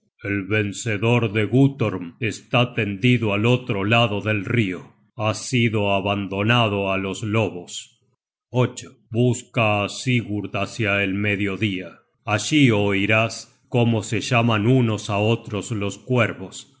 el vencedor de gutorm está tendido al otro lado del rio ha sido abandonado á los lobos busca á sigurd hácia el mediodía allí oirás cómo se llaman unos á otros los cuervos